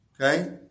Okay